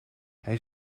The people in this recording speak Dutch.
hij